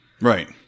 Right